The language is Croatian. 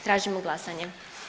Tražimo glasanje.